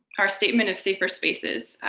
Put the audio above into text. our statement of safer spaces,